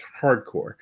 hardcore